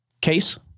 case